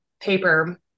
paper